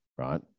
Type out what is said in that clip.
right